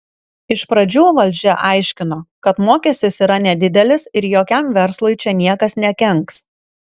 iš pradžių valdžia aiškino kad mokestis yra nedidelis ir jokiam verslui čia niekas nekenks